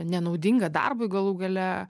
nenaudinga darbui galų gale